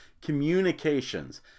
Communications